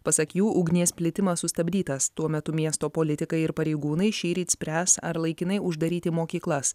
pasak jų ugnies plitimas sustabdytas tuo metu miesto politikai ir pareigūnai šįryt spręs ar laikinai uždaryti mokyklas